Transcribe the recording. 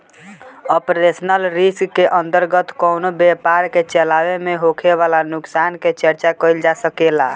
operational risk के अंतर्गत कवनो व्यपार के चलावे में होखे वाला नुकसान के चर्चा कईल जा सकेला